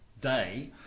day